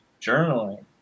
journaling